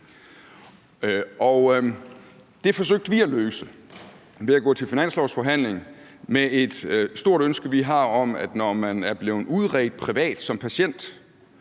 Det forsøgte vi at løse ved at gå til finanslovsforhandling med et stort ønske, vi har, om, at når man som patient er blevet udredt privat, fordi